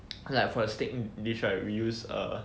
cause like for the steak dish right we use the